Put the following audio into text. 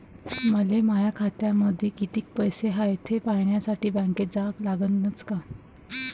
मले माया खात्यामंदी कितीक पैसा हाय थे पायन्यासाठी बँकेत जा लागनच का?